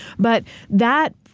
but that,